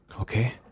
Okay